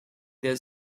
their